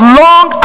long